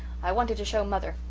i wanted to show mother.